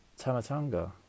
Tamatanga